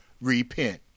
repent